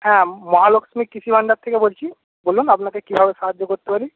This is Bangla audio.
হ্যাঁ মহালক্ষ্মী কৃষি ভান্ডার থেকে বলছি বলুন আপনাকে কীভাবে সাহায্য করতে পারি